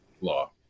law